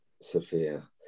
sophia